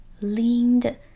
leaned